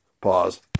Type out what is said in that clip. Pause